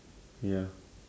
ya